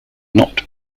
not